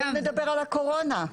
בואי נדבר על הקורונה.